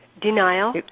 Denial